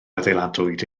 adeiladwyd